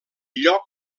lloc